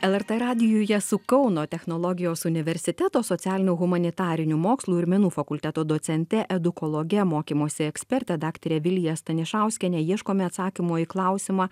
lrt radijuje su kauno technologijos universiteto socialinių humanitarinių mokslų ir menų fakulteto docente edukologe mokymosi eksperte daktare vilija stanišauskiene ieškome atsakymo į klausimą